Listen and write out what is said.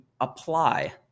apply